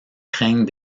craignent